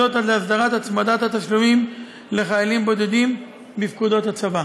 להסדרת הצמדת התשלומים לחיילים בודדים בפקודות הצבא.